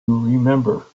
remember